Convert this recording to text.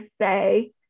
say